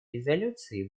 резолюции